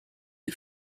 est